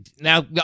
now